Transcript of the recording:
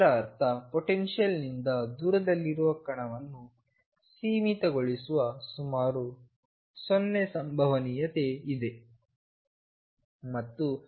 ಇದರರ್ಥ ಪೊಟೆನ್ಶಿಯಲ್ ನಿಂದ ದೂರದಲ್ಲಿರುವ ಕಣವನ್ನು ಸೀಮಿತಗೊಳಿಸುವ ಸುಮಾರು 0 ಸಂಭವನೀಯತೆ ಇದೆ